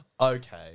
Okay